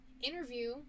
interview